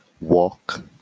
walk